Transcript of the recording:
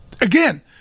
Again